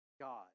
God